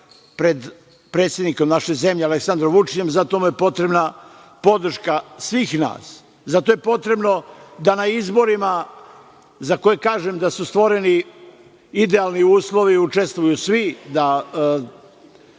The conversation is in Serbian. pred predsednikom naše zemlje, Aleksandrom Vučićem. Zato mu je potrebna podrška svih nas. Zato je potrebno da na izborima, za koje kažem da su stvoreni idealni uslovi, učestvuju svi, da